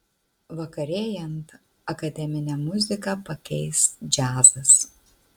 vakarėjant akademinę muziką pakeis džiazas